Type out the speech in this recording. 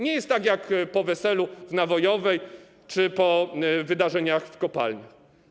Nie jest tak jak po weselu w Nawojowej czy po wydarzeniach w kopalni.